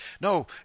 no